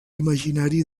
imaginari